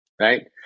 right